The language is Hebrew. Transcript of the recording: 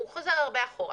הוא חוזר הרבה אחורה.